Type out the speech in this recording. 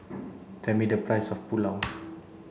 tell me the price of Pulao